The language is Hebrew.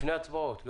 לפני ההצבעות.